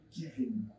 giving